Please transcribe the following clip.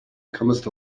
comest